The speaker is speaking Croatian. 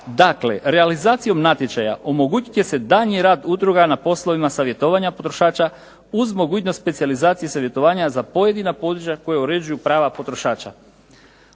Dakle, realizacijom natječaja omogućit će se daljnji rad udruga na poslovima savjetovanja potrošača uz mogućnost specijalizacije savjetovanja za pojedina područja koja uređuju prava potrošača.